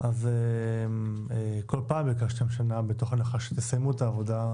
אז כל פעם ביקשתם שנה מתוך הנחה שתסיימו את העבודה,